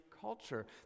culture